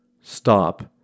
stop